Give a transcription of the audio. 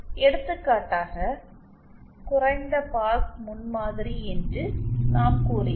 எடுத்துக்காட்டாக குறைந்த பாஸ் முன்மாதிரி என்று நாம் கூறினோம்